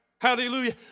Hallelujah